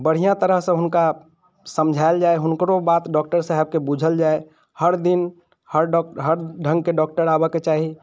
बढ़िआँ तरहसँ हुनका समझायल जाइ हुनकरो बात डॉक्टर साहबके बुझल जाइ हर दिन हर डक हर ढङ्गके डॉक्टर आबऽके चाही